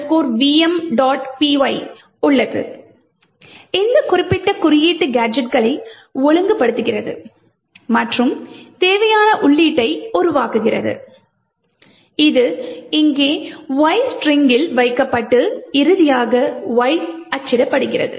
py உள்ளது இந்த குறிப்பிட்ட குறியீடு கேஜெட்களை ஒழுங்குபடுத்துகிறது மற்றும் தேவையான உள்ளீட்டை உருவாக்குகிறது இது இங்கே Y ஸ்ட்ரிங்கில் வைக்கப்பட்டு இறுதியாக Y அச்சிடப்படுகிறது